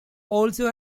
also